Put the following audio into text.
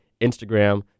Instagram